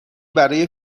برای